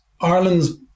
Ireland's